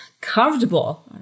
comfortable